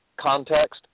context